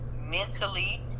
Mentally